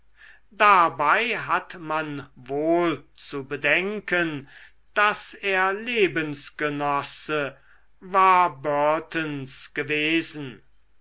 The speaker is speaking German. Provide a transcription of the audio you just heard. dabei hat man wohl zu bedenken daß er lebensgenosse warburtons gewesen